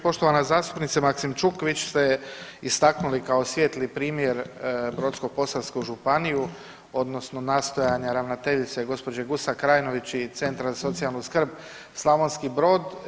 Poštovana zastupnice Maksimčuk, vi ste istaknuli kao svijetli primjer Brodsko-posavsku županiju odnosno nastojanja ravnateljice gđe. Gusak Krajnović i Centra za socijalnu skrb Slavonski Brod.